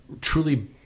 truly